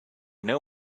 know